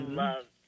love